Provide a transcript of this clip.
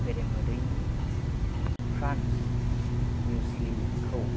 बेरेमोदैनि crunch म्युस्लिखौ